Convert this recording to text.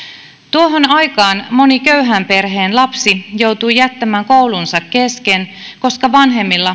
tuohon aikaan moni köyhän perheen lapsi joutui jättämään koulunsa kesken koska vanhemmilla